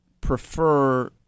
prefer